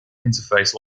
interface